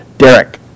Derek